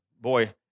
boy